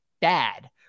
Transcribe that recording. bad